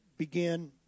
begin